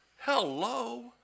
Hello